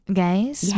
guys